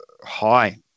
high